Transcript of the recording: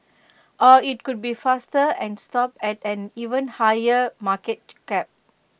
or IT could be faster and stop at an even higher market cap